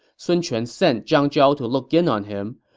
sun quan sent zhang zhao to look in on him.